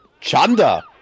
Chanda